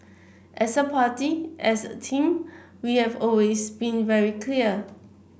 as a party as a team we have always been very clear